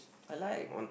I like